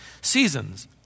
seasons